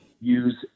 use